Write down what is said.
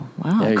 wow